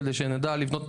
כדי שנדע לבנות,